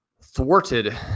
thwarted